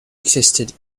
existed